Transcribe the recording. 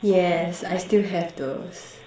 yes I still have those